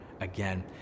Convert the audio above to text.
again